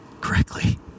correctly